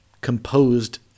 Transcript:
composed